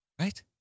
Right